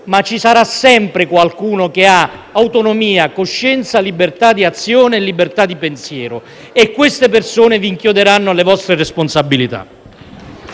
ma ci sarà sempre qualcuno che avrà autonomia, coscienza e libertà di azione e di pensiero: queste persone vi inchioderanno alle vostre responsabilità.